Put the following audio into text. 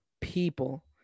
people